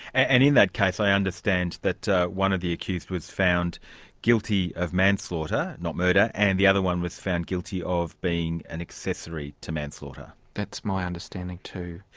and in that case i understand that one of the accused was found guilty of manslaughter not murder. and the other one was found guilty of being an accessory to manslaughter. that's my understanding too.